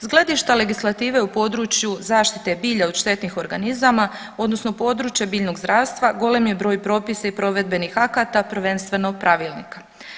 S gledišta legislative u području zaštite bilja od štetnih organizama odnosno područje biljnog zdravstva golem je broj propisa i provedbenih akata, prvenstveno pravilnika.